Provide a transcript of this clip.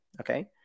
okay